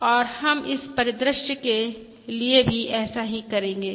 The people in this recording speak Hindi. और हम इस परिदृश्य के लिए भी ऐसा ही करेंगे